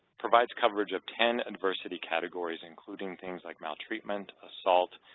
provides coverage of ten adversity categories, including things like maltreatment, assault,